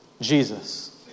Jesus